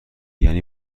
یعنی